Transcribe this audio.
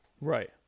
Right